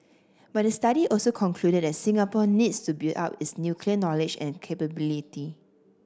but the study also concluded that Singapore needs to build up its nuclear knowledge and capability